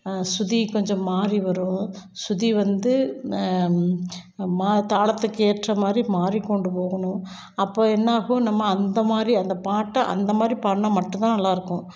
சுதி கொஞ்சம் மாறி வரும் சுதி வந்து மா தாளத்துக்கு ஏற்றமாதிரி மாறிக்கொண்டு போகணும் அப்போ என்ன ஆகும் நம்ம அந்தமாதிரிஅந்த பாட்டை அந்தமாதிரி பாடினா மட்டும் தான் நல்லா இருக்கும்